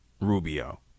Rubio